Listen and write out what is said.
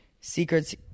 secrets